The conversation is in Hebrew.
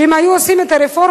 שאם היו עושים את הרפורמה,